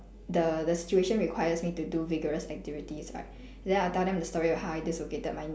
the the situation requires me to do vigorous activities right then I'll tell them the story about how I dislocated my knee